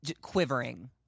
quivering